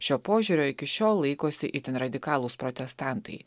šio požiūrio iki šiol laikosi itin radikalūs protestantai